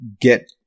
get